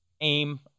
aim